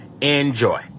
Enjoy